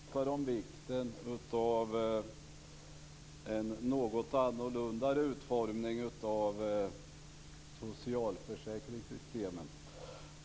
Fru talman! Bo Könberg pratade om vikten av en något annorlunda utformning av socialförsäkringssystemet.